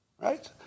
right